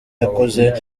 yakoze